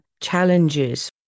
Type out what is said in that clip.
challenges